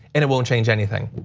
and it won't change anything.